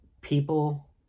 People